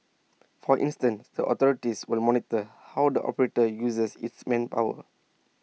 for instance the authorities will monitor how the operator uses its manpower